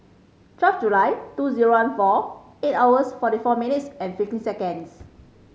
twelve July two zero one four eight hours forty four minutes and fifteen seconds